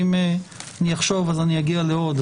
ואם אני אחשוב, אז אני אגיע לעוד.